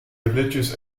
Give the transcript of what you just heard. religious